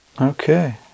Okay